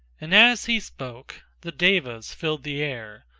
and as he spoke the devas filled the air,